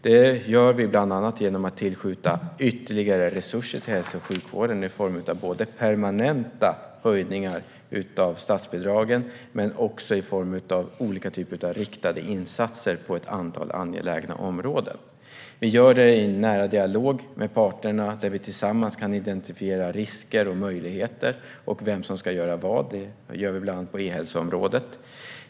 Det gör vi bland annat genom att tillskjuta ytterligare resurser till hälso och sjukvården i form av både permanenta höjningar av statsbidraget och olika typer av riktade insatser på ett antal angelägna områden. Vi gör det i nära dialog med parterna, där vi tillsammans kan identifiera risker och möjligheter och vem som ska göra vad. Så gör vi ibland på ehälsoområdet.